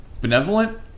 benevolent